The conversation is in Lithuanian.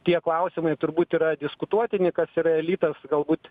tie klausimai turbūt yra diskutuotini kas yra elitas galbūt